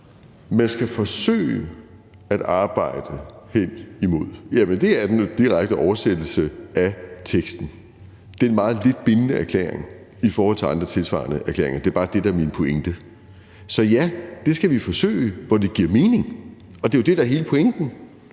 Man skal forsøge at arbejde hen imod det. Det er den direkte oversættelse af teksten. Det er en meget lidt bindende erklæring i forhold til andre tilsvarende erklæringer. Det er bare det, der er min pointe. Så ja, det skal vi forsøge, hvor det giver mening. Det er jo det, der er hele pointen.